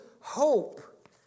hope